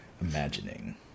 imagining